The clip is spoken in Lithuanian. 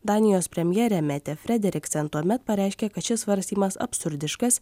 danijos premjerė metė frederiksen tuomet pareiškė kad šis svarstymas absurdiškas